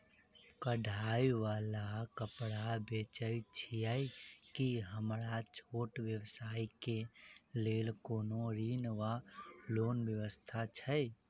कढ़ाई वला कापड़ बेचै छीयै की हमरा छोट व्यवसाय केँ लेल कोनो ऋण वा लोन व्यवस्था छै?